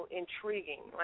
intriguing